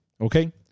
okay